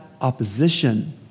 opposition